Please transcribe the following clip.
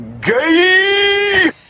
Gay